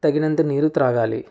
తగినంత నీరు త్రాగాలి